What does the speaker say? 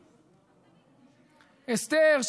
אסתר,